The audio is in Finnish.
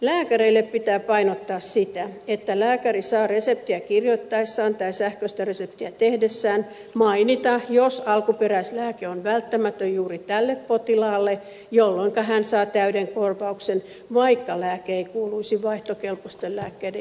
lääkäreille pitää painottaa sitä että lääkäri saa reseptiä kirjoittaessaan tai sähköistä reseptiä tehdessään mainita jos alkuperäislääke on välttämätön juuri tälle potilaalle jolloinka tämä saa täyden korvauksen vaikka lääke ei kuuluisi vaihtokelpoisten lääkkeiden joukkoon